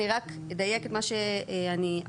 אני רק אדייק את מה שאני אמרתי.